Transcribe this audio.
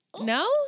No